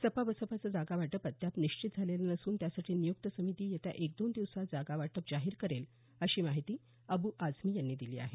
सपा बसपाचं जागा वाटप अद्याप निश्चित झालेलं नसून त्यासाठी नियुक्त समिती येत्या एक दोन दिवसांत जागा वाटप जाहीर करेल अशी माहिती अबू आझमी यांनी दिली आहे